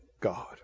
God